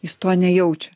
jis to nejaučia